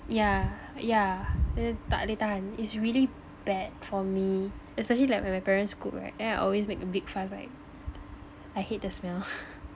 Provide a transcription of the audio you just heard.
yeah yeah and then tak boleh tahan it's really bad for me especially like when my parents cook right then I always make a big fuss right I hate the smell